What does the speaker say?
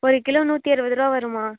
ஒரு கிலோ நூற்றி அறுபது ரூபா வரும்மா